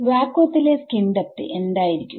വാക്വത്തിലെസ്കിൻ ഡെപ്ത്എന്തായിരിക്കും